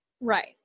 Right